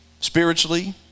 Spiritually